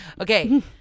Okay